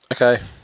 Okay